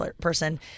person